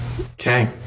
Okay